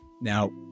Now